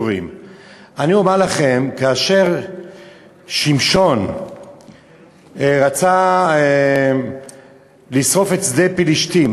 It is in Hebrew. אני אגיד לכם איך הם קשורים: כאשר שמשון רצה לשרוף את שדה פלישתים,